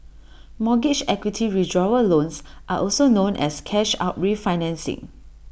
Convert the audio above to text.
mortgage equity withdrawal loans are also known as cash out refinancing